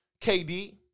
KD